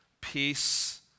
peace